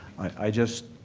i just